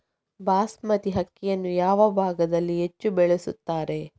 ಬಾಸ್ಮತಿ ಅಕ್ಕಿಯನ್ನು ಯಾವ ಭಾಗದಲ್ಲಿ ಹೆಚ್ಚು ಬೆಳೆಯುತ್ತಾರೆ?